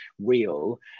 real